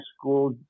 School